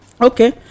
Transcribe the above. Okay